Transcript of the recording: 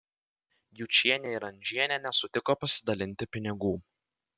jučienė ir andžienė nesutiko pasidalinti pinigų